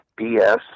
BS